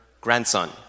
grandson